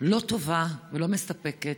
לא טובה ולא מספקת,